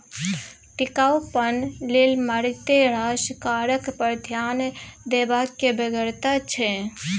टिकाउपन लेल मारिते रास कारक पर ध्यान देबाक बेगरता छै